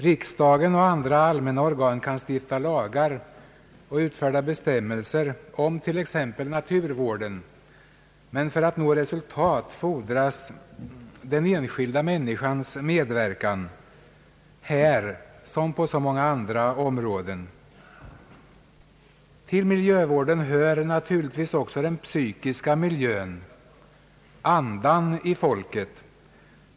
Riksdagen och andra organ kan stifta lagar och utfärda bestämmelser om t.ex. naturvården, men för att nå resultat fordras den enskilda människans medverkan — här som på så många andra områden. Till miljövården hör också den psykiska miljön, andan hos folket.